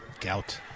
Gout